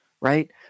right